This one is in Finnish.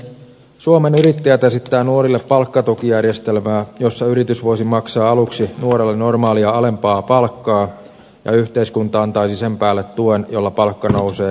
suomen yrittäjät esittää nuorille palkkatukijärjestelmää jossa yritys voisi maksaa aluksi nuorelle normaalia alempaa palkkaa ja yhteiskunta antaisi sen päälle tuen jolla palkka nousee yleissitovalle tasolle